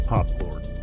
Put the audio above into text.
Popcorn